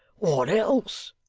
what else